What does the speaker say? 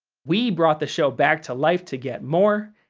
we brought the show back to life to get more,